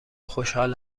خوشحال